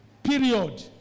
Period